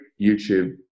YouTube